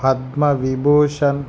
Padma Vibhushan